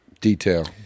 detail